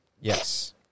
Yes